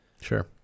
sure